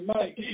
Mike